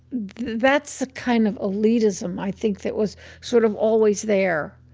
that's a kind of elitism i think that was sort of always there.